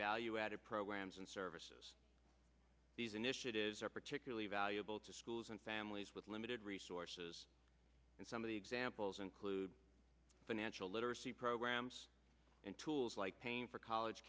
value added programs and services these initiatives are particularly valuable to schools and families with limited resources and some of the examples include financial literacy programs and tools like paying for college